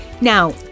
Now